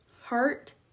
Heart